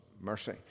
mercy